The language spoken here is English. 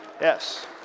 Yes